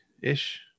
ish